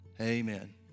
amen